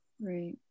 right